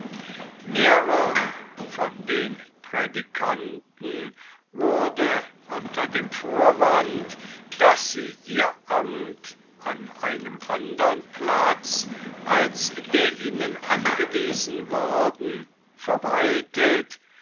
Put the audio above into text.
von den prädicanten wurde unter dem vorwande daß sie ihr amt an einem andern platz als der ihnen angewiesen worden verwaltet